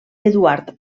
eduard